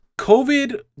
COVID